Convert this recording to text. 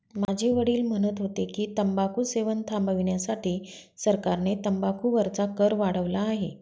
माझे वडील म्हणत होते की, तंबाखू सेवन थांबविण्यासाठी सरकारने तंबाखू वरचा कर वाढवला आहे